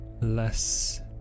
less